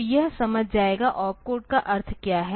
तो यह समझ जाएगा ओपकोड का अर्थ क्या है